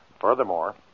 Furthermore